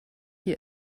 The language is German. hier